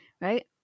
right